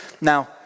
Now